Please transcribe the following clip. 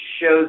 shows